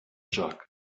jug